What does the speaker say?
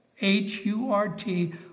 H-U-R-T